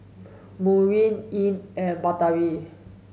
Murni Ain and Batari